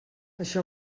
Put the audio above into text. això